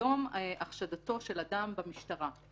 מיום החשדתו של אדם במשטרה.